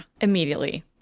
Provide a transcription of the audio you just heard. immediately